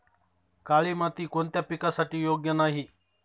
काळी माती कोणत्या पिकासाठी योग्य नाही?